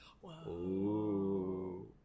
Whoa